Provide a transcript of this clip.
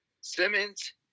Simmons